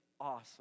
awesome